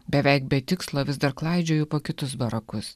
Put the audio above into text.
beveik be tikslo vis dar klaidžioju po kitus barakus